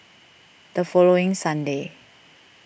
the following Sunday